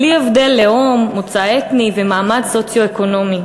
בלי הבדלי לאום, מוצא אתני ומעמד סוציו-אקונומי.